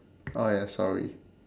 oh ya sorry